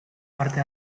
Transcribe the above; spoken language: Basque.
parte